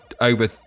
over